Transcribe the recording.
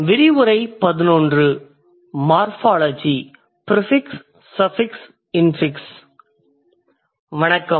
வணக்கம்